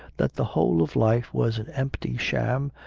that the whole of life was an empty sham,